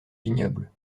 vignoble